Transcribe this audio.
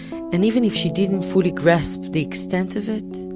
and even if she didn't fully grasp the extent of it,